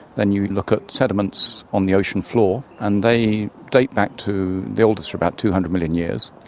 then you look at sediments on the ocean floor, and they date back to, the oldest are about two hundred million years.